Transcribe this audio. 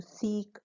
seek